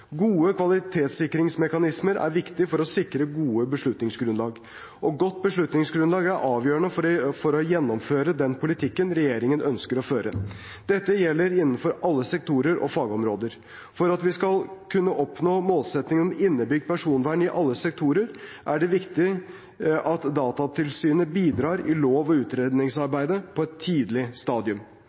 Gode kvalitetssikringsmekanismer er viktig for å sikre gode beslutningsgrunnlag. Og godt beslutningsgrunnlag er avgjørende for å gjennomføre den politikken regjeringen ønsker å føre. Dette gjelder innenfor alle sektorer og fagområder. For at vi skal kunne oppnå målsettingen om innebygd personvern i alle sektorer, er det viktig at Datatilsynet bidrar i lov- og utredningsarbeidet på et tidlig stadium.